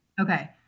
Okay